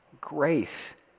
Grace